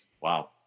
wow